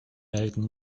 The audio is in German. melken